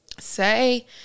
say